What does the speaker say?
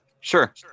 sure